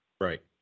Right